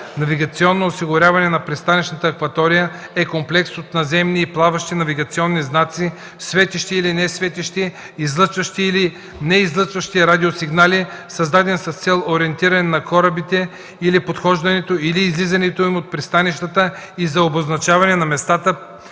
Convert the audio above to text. „Навигационно осигуряване на пристанищната акватория” е комплекс от наземни и плаващи навигационни знаци (светещи или несветещи, излъчващи или неизлъчващи радиосигнали), създаден с цел ориентиране на корабите при подхождането или излизането им от пристанищата и за обозначаване на местата,